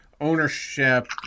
ownership